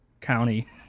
county